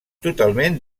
totalment